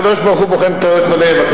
הקדוש-ברוך-הוא בוחן כליות ולב.